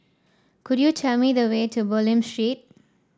could you tell me the way to Bulim Street